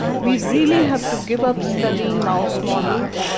we really have to give up studying mouse models.